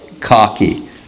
Cocky